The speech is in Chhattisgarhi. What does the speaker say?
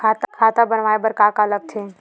खाता बनवाय बर का का लगथे?